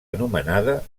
anomenada